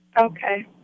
Okay